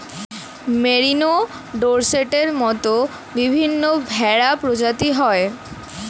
merino, ডর্সেটের মত বিভিন্ন ভেড়া প্রজাতি হয়